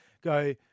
go